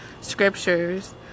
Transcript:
scriptures